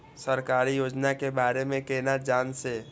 सरकारी योजना के बारे में केना जान से?